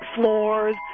floors